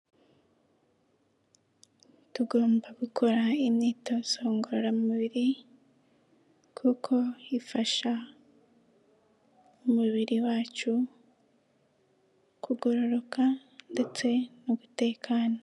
Tugomba gukora imyitozo ngororamubiri, kuko ifasha umubiri wacu kugororoka, ndetse no gutekana.